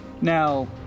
Now